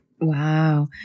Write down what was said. Wow